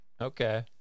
Okay